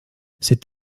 cet